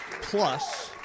Plus